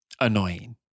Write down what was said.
annoying